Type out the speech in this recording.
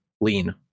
Lean